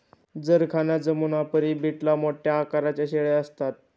जरखाना जमुनापरी बीटल मोठ्या आकाराच्या शेळ्या असतात